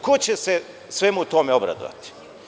Ko će se svemu tome obradovati?